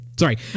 Sorry